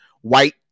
white